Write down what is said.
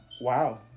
Wow